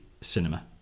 cinema